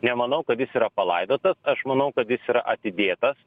nemanau kad jis yra palaidotas aš manau kad jis yra atidėtas